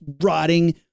rotting